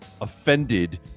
offended